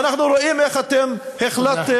ואנחנו רואים איך אתם החלטתם,